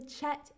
chat